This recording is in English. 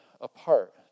apart